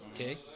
okay